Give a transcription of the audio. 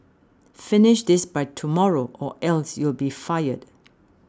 finish this by tomorrow or else you'll be fired